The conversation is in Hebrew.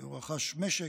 הוא רכש משק,